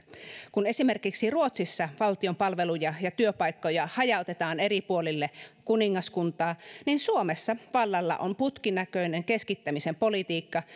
kun esimerkiksi ruotsissa valtion palveluja ja työpaikkoja hajautetaan eri puolille kuningaskuntaa niin suomessa vallalla on putkinäköinen keskittämisen politiikka